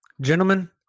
Gentlemen